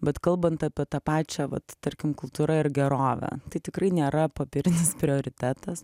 bet kalbant apie tą pačią vat tarkim kultūra ir gerovė tai tikrai nėra popierinis prioritetas